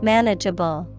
Manageable